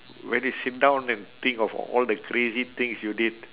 when you sit down and think of all the crazy things you did